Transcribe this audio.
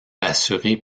assurée